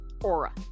aura